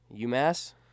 UMass